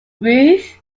ruth